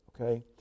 Okay